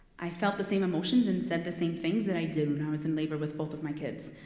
i felt the same emotions and said the same things that i did when i was in labor with both of my kids.